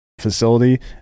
facility